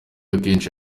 akenshi